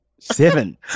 seven